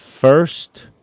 first